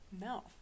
No